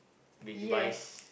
Digivice